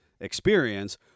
experience